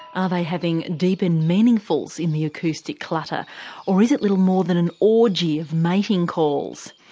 ah they having deep and meaningfuls in the acoustic clutter or is it little more than an orgy of mating calls?